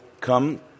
come